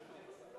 לא